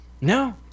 No